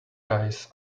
guys